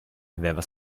aveva